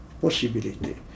possibility